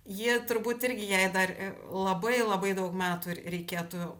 ji turbūt irgi jai dar labai labai daug metų reikėtų